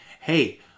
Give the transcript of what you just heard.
hey